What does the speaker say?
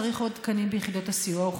צריך עוד תקנים ביחידות הסיוע.